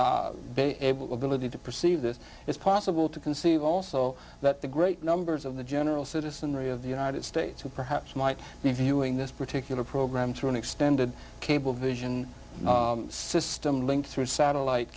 to perceive this it's possible to conceive also that the great numbers of the general citizenry of the united states who perhaps might be viewing this particular program through an extended cablevision system linked through satellite